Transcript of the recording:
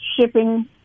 shipping